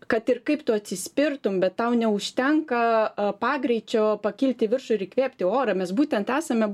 kad ir kaip tu atsispirtum bet tau neužtenka pagreičio pakilti į viršų ir įkvėpti orą mes būtent esame